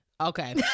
Okay